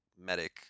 medic